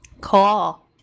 Cool